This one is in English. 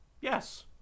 yes